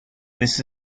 this